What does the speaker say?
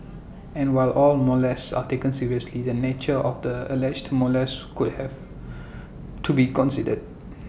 and while all molests are taken seriously the nature of the alleged molest could have to be considered